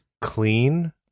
clean